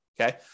okay